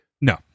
No